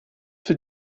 für